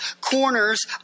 corners